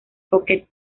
pocket